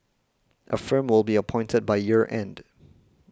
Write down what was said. a firm will be appointed by year end